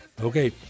Okay